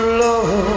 love